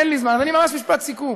אין לי זמן, אבל אני, ממש משפט סיכום.